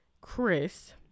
Chris